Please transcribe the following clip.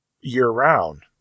year-round